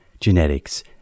genetics